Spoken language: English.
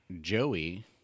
Joey